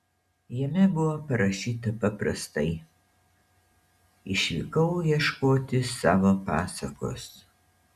jame buvo parašyta paprastai išvykau ieškoti savo pasakos